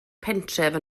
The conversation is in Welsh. pentref